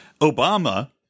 Obama